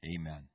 Amen